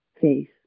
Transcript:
faith